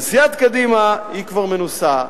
אז סיעת קדימה, היא כבר מנוסה,